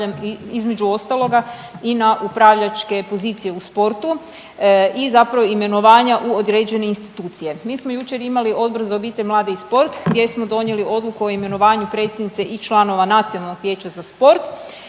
između ostaloga i na upravljačke pozicije u sportu i zapravo imenovanja u određene institucije. Mi smo jučer imali Odbor za obitelj, mlade i sport gdje smo donijeli odluku o imenovanju predsjednice i članova Nacionalnog vijeća za sport.